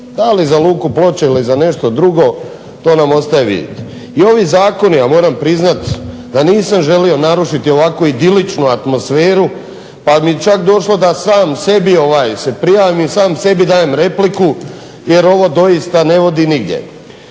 Da li za luku Ploče ili za nešto drugo to nam ostaje vidjeti. I ovi zakoni, a moram priznati da nisam želio narušiti ovakvu idiličnu atmosferu pa mi je čak došlo da sam sebi se prijavim i sam sebi dajem repliku jer ovo doista ne vodi nigdje.